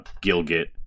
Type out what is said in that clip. Gilgit